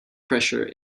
pressure